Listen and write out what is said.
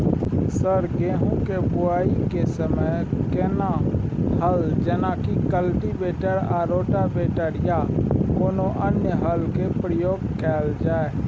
Sir गेहूं के बुआई के समय केना हल जेनाकी कल्टिवेटर आ रोटावेटर या कोनो अन्य हल के प्रयोग कैल जाए?